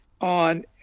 on